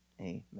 Amen